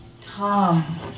Tom